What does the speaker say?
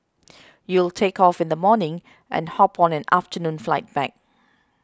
you'll take off in the morning and hop on an afternoon flight back